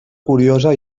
curiosa